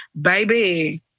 Baby